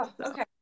okay